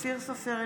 אופיר סופר,